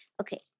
Okay